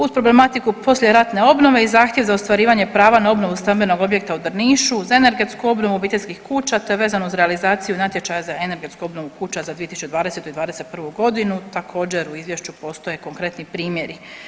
Uz problematiku poslijeratne obnove i zahtjev za ostvarivanje prava na obnovu stambenog objekta u Drnišu, uz energetsku obnovu obiteljskih kuća, to je vezano uz realizaciju natječaja za energetsku obnovu kuća za 2020. i '21. g. Također, u Izvješću postoje konkretni primjeri.